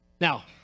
Now